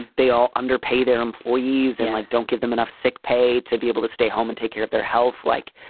they all underpay their employees and like don't give them enough sick pay to be able to stay home and take care of their health. like,